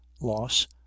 loss